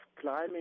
climbing